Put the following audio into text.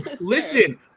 listen